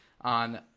on